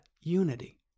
unity